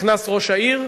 נכנס ראש העיר,